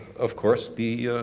of course, the